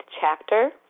chapter